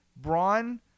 Braun